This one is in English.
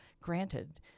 granted